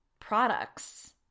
products